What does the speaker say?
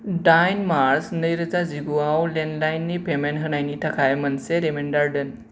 दाइन मार्च नैरोजा जिगुआव लेन्डलाइननि पेमेन्ट होनायनि थाखाय मोनसे रिमाइन्डार दोन